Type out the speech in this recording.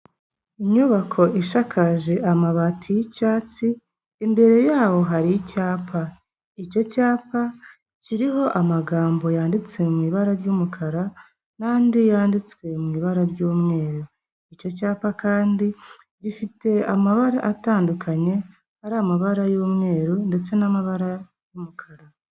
Inyubako ishakaje amabati y'icyatsi, imbere yaho hari icyapa, icyo cyapa kiriho amagambo yanditse mu ibara ry'umukara n'andi yanditswe mu ibara ry'umweru, icyo cyapa kandi gifite amabara atandukanye; ari amabara y'umweru ndetse n'amabara y'umukara.